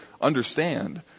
understand